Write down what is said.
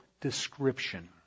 description